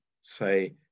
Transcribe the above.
say